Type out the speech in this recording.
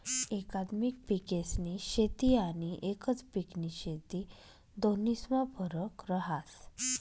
एकात्मिक पिकेस्नी शेती आनी एकच पिकनी शेती दोन्हीस्मा फरक रहास